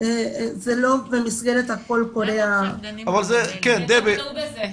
שזה לא במסגרת הקול קורא --- תטפלו בזה.